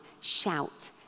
shout